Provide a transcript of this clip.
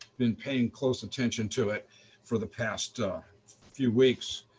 been paying close attention to it for the past few weeks,